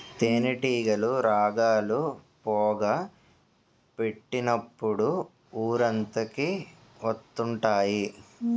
తేనేటీగలు రాగాలు, పొగ పెట్టినప్పుడు ఊరంతకి వత్తుంటాయి